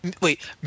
Wait